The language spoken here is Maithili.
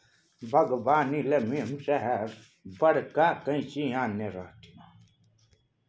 बागबानी लेल मेम साहेब बड़का कैंची आनने रहय